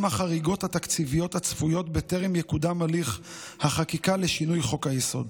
החריגות התקציביות הצפויות בטרם יקודם הליך החקיקה לשינוי חוק-היסוד.